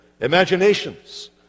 imaginations